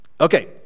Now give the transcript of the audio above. Okay